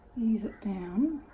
ease it down